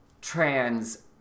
trans